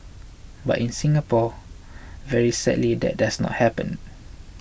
but in Singapore very sadly that doesn't happen